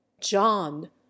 john